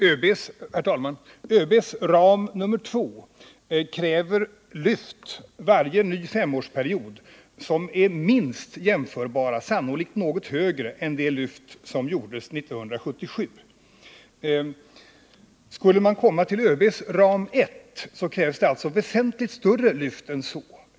Herr talman! ÖB:s ram nr 2 kräver lyft för varje ny femårsperiod, vilka är åtminstone jämförbara med — sannolikt något högre än — det lyft som gjordes 1977. Skulle man hamna på ÖB:s ram 1, krävs det alltså väsentligt större lyft än så.